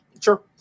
Sure